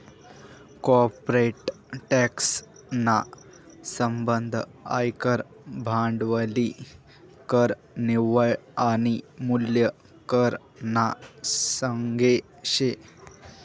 corporate tax ना संबंध आयकर, भांडवली कर, निव्वळ आनी मूल्य कर ना संगे शे